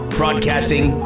broadcasting